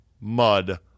mud